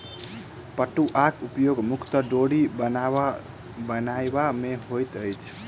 पटुआक उपयोग मुख्यतः डोरी बनयबा मे होइत अछि